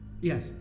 Yes